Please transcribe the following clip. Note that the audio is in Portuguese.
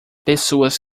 pessoas